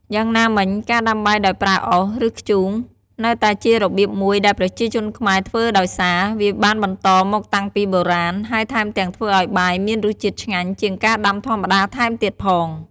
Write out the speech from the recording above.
យ៉ាងណាមិញ ការដាំបាយដោយប្រើអុស ឬ ធ្យូងនៅតែជារបៀបមួយដែលប្រជាជនខ្មែរធ្វើដោយសារ វាបានបន្តមកតាំងពីបុរាណ ហើយថែមទាំងធ្វើឱ្យបាយមានរសជាតិឆ្ងាញ់ជាងការដាំធម្មតាថែមទៀតផង។